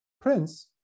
Prince